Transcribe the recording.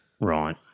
Right